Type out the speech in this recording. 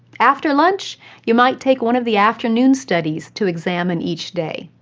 after lunch you might take one of the afternoon studies to examine each day.